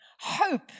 Hope